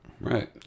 Right